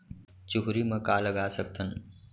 चुहरी म का लगा सकथन?